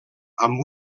amb